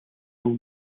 een